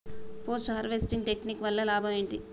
Post harvesting technique వల్ల లాభం ఏంటి?